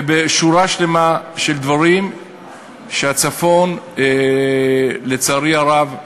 ובשורה שלמה של דברים בצפון יש, לצערי הרב,